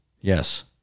Yes